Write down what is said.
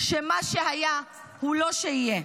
שמה שהיה הוא לא שיהיה.